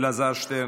אלעזר שטרן,